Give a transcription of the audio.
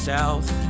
South